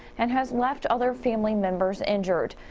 and has left other family members injured.